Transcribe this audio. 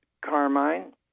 Carmine